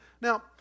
Now